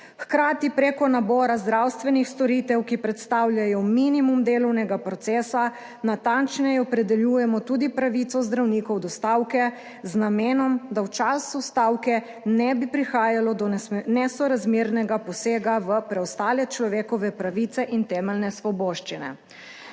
Hkrati preko nabora zdravstvenih storitev, ki predstavljajo minimum delovnega procesa, natančneje opredeljujemo tudi pravico zdravnikov do stavke z namenom, da v času stavke ne bi prihajalo do nesorazmernega posega v preostale človekove pravice in temeljne svoboščine.